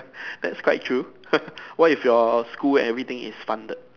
that's quite true what if your school everything is funded